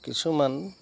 কিছুমান